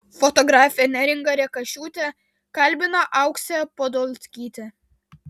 fotografę neringą rekašiūtę kalbina auksė podolskytė